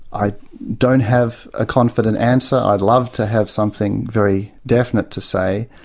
i don't have a confident answer, i'd love to have something very definite to say,